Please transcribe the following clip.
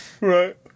Right